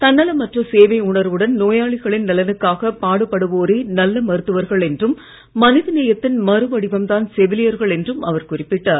தன்னலமற்ற சேவை உணர்வுடன் நோயாளிகளின் நலனுக்காக பாடுபடுவோரே நல்ல மருத்துவர்கள் என்றும் மனித நேயத்தின் மறு வடிவம் தான் செவிலியர்கள் என்றும் அவர் குறிப்பிட்டார்